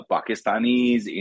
Pakistanis